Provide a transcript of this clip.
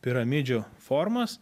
piramidžių formos